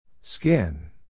Skin